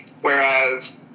Whereas